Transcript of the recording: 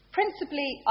Principally